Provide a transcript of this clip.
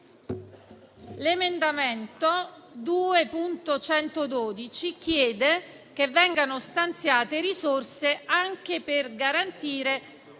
L'emendamento 2.112 chiede che vengano stanziate risorse anche per garantire più